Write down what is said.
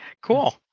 Cool